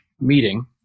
meeting